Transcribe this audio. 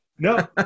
No